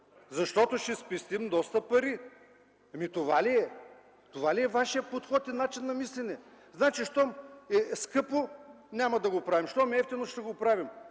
Защото ще спестим доста пари.” Това ли е?! Това ли е вашият подход и начин на мислене? Значи, щом е скъпо – няма да го правим, щом е евтино – ще го правим.